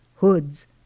hoods